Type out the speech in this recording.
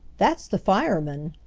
that's the fireman,